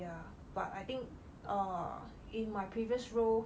ya but I think err in my previous role